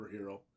superhero